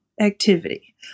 activity